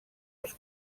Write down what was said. els